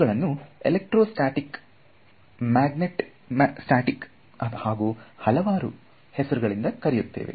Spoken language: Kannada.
ಇವುಗಳನ್ನು ಎಲೆಕ್ಟ್ರೋ ಸ್ಟ್ಯಾಟಿಕ್ ಮ್ಯಾಗ್ನೆಟ್ ಸ್ಟಾಟಿಕ್ಸ್ ಹಾಗೂ ಹಲವಾರು ಹೆಸರುಗಳಿಂದ ಕರೆಯುತ್ತೇವೆ